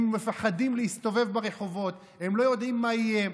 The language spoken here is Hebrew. הם מפחדים להסתובב ברחובות, הם לא יודעים מה יהיה.